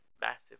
massive